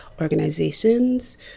organizations